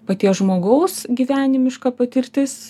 paties žmogaus gyvenimiška patirtis